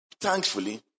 thankfully